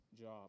job